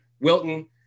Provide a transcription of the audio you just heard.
Wilton